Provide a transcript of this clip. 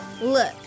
Look